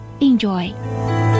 Enjoy